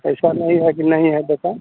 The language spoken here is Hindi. ऐसा नहीं है कि नहीं है दुकान